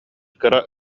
кыра